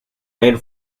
made